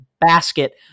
basket